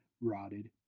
rotted